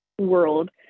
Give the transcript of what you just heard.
world